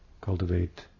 cultivate